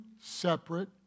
separate